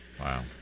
Wow